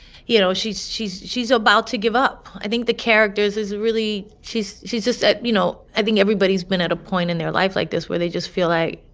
you know, she's she's she's about to give up. i think the character is is really she's she's just at you know, i think everybody's been at a point in their life like this where they just feel like,